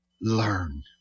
learn